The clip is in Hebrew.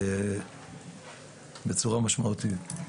בצורה משמעותית.